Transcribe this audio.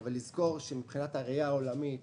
אבל לזכור שמבחינת הראייה העולמית